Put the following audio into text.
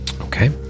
Okay